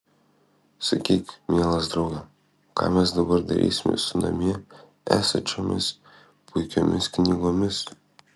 sakyk mielas drauge ką mes dabar darysime su namie esančiomis puikiomis knygomis